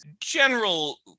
general